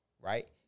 right